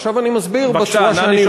עכשיו אני מסביר בסגנון שאני רוצה.